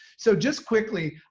so just quickly,